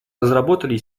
разработали